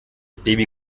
baby